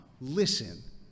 listen